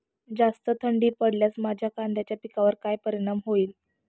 जास्त थंडी पडल्यास माझ्या कांद्याच्या पिकावर काय परिणाम होईल?